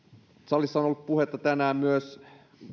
on ollut puhetta tänään myös